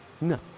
No